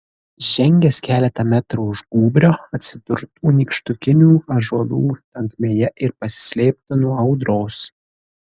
žengęs keletą metrų už gūbrio atsidurtų nykštukinių ąžuolų tankmėje ir pasislėptų nuo audros